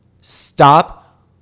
Stop